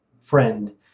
friend